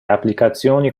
applicazioni